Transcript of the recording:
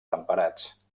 temperats